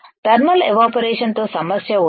thermal evaporation తో సమస్య ఉందా